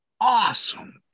awesome